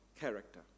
character